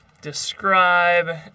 describe